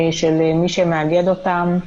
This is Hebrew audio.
של מי שמאגד אותם.